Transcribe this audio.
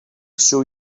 show